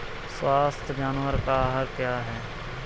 स्वस्थ जानवर का आहार क्या है?